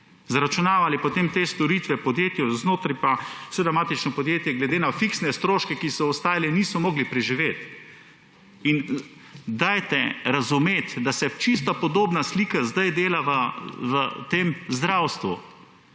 zaračunavali potem te storitve podjetju. Znotraj pa seveda matično podjetje glede na fiksne stroške, ki so ostajali, ni moglo preživeti. In razumite, da se čisto podobna slika zdaj dela v tem zdravstvu.